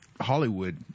Hollywood